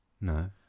No